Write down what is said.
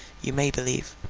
you may believe.